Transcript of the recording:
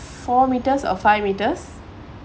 four metres or five metres